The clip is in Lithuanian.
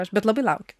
aš bet labai laukiu